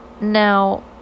Now